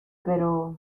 pero